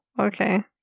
okay